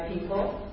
people